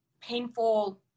painful